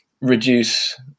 reduce